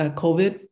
covid